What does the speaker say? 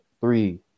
three